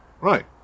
Right